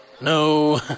No